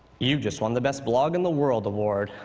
you've just won the best blog in the world award.